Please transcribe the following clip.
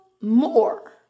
more